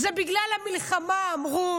זה בגלל המלחמה, אמרו.